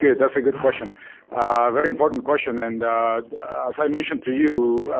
good. that's a good question, a very important question. and as i mentioned to you,